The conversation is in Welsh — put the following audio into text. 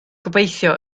gobeithio